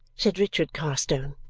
said richard carstone.